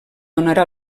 donarà